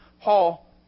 Paul